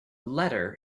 letter